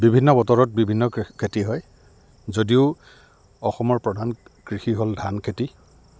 বিভিন্ন বতৰত বিভিন্ন খেতি হয় যদিও অসমৰ প্ৰধান কৃষি হ'ল ধান খেতি